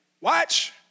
Watch